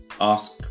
ask